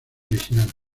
original